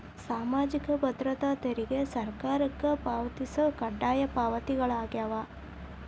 ಸಾಮಾಜಿಕ ಭದ್ರತಾ ತೆರಿಗೆ ಸರ್ಕಾರಕ್ಕ ಪಾವತಿಸೊ ಕಡ್ಡಾಯ ಪಾವತಿಗಳಾಗ್ಯಾವ